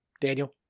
Daniel